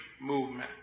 movement